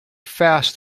fast